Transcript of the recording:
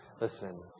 Listen